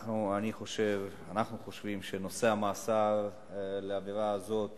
אנחנו חושבים שמאסר על העבירה הזאת